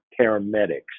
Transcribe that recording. paramedics